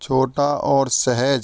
छोटा और सहज